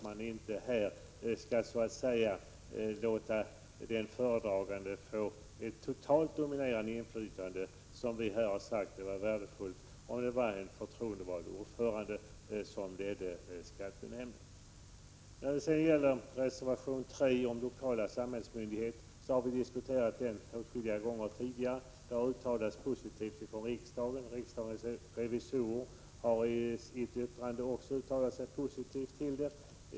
Man vill väl inte låta föredraganden få ett totalt dominerande inflytande i skattenämnden? Reservation 3 handlar om lokal samhällsmyndighet. Den frågan har vi diskuterat åtskilliga gånger tidigare. Riksdagen har uttalat sig positivt för en sådan utveckling. Även riksdagens revisorer har i ett yttrande uttalat sig positivt.